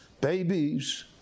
babies